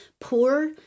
Poor